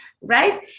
right